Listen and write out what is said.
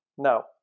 No